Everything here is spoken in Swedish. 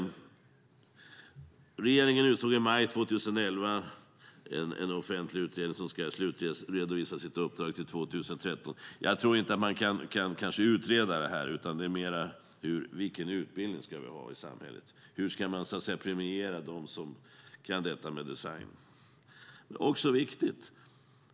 Regeringen utsåg i maj 2011 en offentlig utredning som ska slutredovisa sitt uppdrag 2013. Man kanske inte kan utreda det här, utan det är mer fråga om vilken utbildning vi ska ha i samhället, hur man ska premiera dem som kan detta med design. Det är också viktigt.